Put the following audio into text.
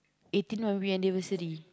eighteen birthday anniversary